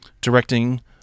Directing